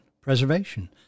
preservation